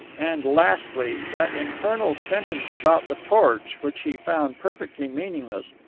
and, lastly, that infernal sentence about the torch, which he found perfectly meaningless,